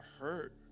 hurt